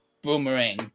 boomerang